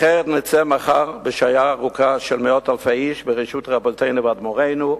אחרת נצא מחר בשיירה ארוכה של מאות אלפי איש ברשות רבותינו ואדמו"רינו,